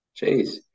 Jeez